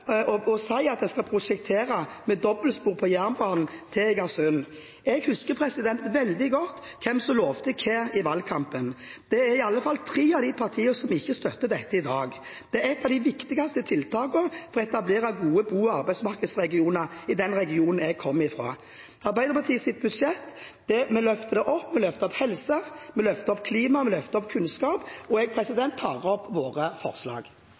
med og si at en skal prosjektere med dobbeltspor på jernbanen til Egersund. Jeg husker veldig godt hvem som lovte hva i valgkampen. Det er i alle fall tre av de partiene som ikke støtter dette i dag. Det er et av de viktigste tiltakene for å etablere gode bo- og arbeidsmarkedsregioner i den regionen jeg kommer fra. Arbeiderpartiets budsjett løfter opp helse, det løfter opp klima, og det løfter opp kunnskap. Jeg tar herved opp forslagene fra Arbeiderpartiet og Senterpartiet. Da har representanten Eirin Sund tatt opp de forslagene hun refererte til. Det